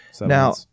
Now